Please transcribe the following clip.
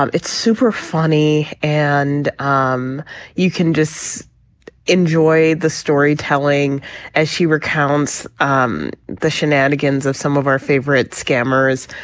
um it's super funny and um you can just enjoy the storytelling as she recounts um the shenanigans of some of our favorite scammers.